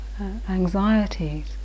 anxieties